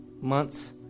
months